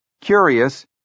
Curious